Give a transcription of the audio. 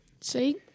See